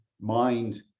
mind